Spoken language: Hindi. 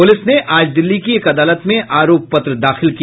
पुलिस ने आज दिल्ली की एक अदालत में आरोप पत्र दाखिल किया